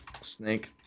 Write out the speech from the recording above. Snake